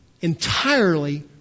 entirely